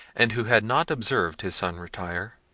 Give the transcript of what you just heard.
and who had not observed his son retire,